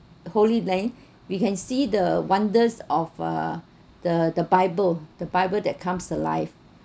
holy land we can see the wonders of uh the the bible the bible that comes alive